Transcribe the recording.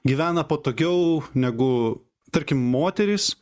gyvena patogiau negu tarkim moterys